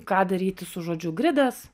ką daryti su žodžiu gridas